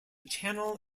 channel